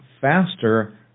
faster